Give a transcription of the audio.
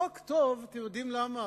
החוק טוב, אתם יודעים למה?